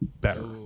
better